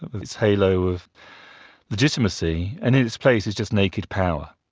its halo of legitimacy, and in its place is just naked power.